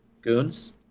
goons